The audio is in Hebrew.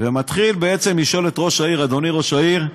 ומתחיל בעצם לשאול את ראש העיר: אדוני ראש העיר,